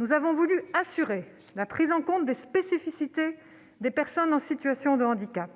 nous avons voulu assurer la prise en compte des spécificités des personnes en situation de handicap.